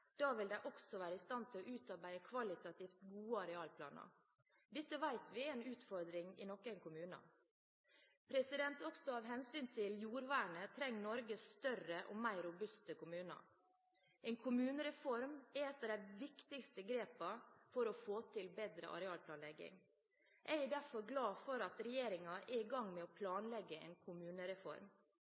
Da vil de også være i stand til å utarbeide kvalitativt gode arealplaner. Dette vet vi er en utfordring i noen kommuner. Også av hensyn til jordvernet trenger Norge større og mer robuste kommuner. En kommunereform er et av de viktigste grepene for å få til en bedre arealplanlegging. Jeg er derfor glad for at regjeringen er i gang med å planlegge en kommunereform.